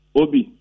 obi